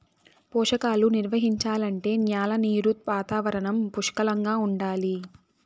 పోషకాలు నిర్వహించాలంటే న్యాల నీరు వాతావరణం పుష్కలంగా ఉండాలి